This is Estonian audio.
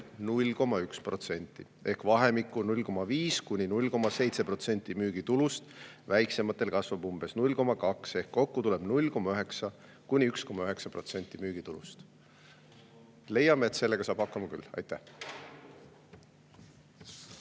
ehk vahemikku 0,5–0,7% müügitulust. Väiksematel kasvab umbes 0,2% [võrra] ehk kokku tuleb 0,9–1,9% müügitulust. Leiame, et sellega saab hakkama küll. Aitäh!